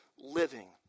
living